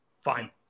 Fine